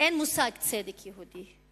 אין מושג צדק יהודי.